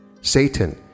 Satan